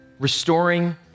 Restoring